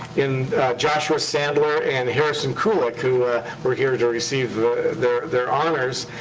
in joshua sandware and harrison kulick, who were here to received their their honors.